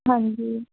ਹਾਂਜੀ